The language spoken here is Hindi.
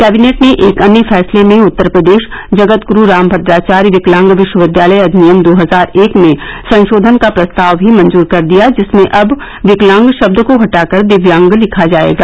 कैबिनेट ने एक अन्य फैसले में उत्तर प्रदेश जगद्गुरु रामभद्राचार्य विकलांग विश्वविद्यालय अधिनियम दो हजार एक में संशोधन का प्रस्ताव भी मंजूर कर दिया जिसमें अब विकलांग शब्द को हटाकर दिव्यांग लिखा जाएगा